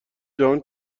جهان